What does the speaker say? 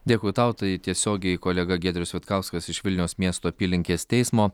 dėkui tau tai tiesiogiai kolega giedrius vitkauskas iš vilniaus miesto apylinkės teismo